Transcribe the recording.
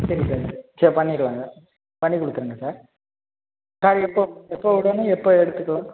சரி சார் சரி பண்ணிடலாங்க பண்ணிக் கொடுத்துருங்க சார் காரை எப்போது எப்போது விடணும் எப்போது எடுத்துக்கலாம்